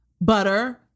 butter